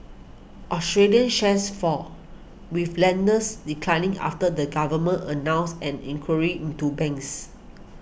Australian shares fall with lenders declining after the government announced an inquiry into banks